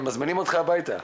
הם מזמינים אותך הביתה.